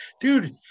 dude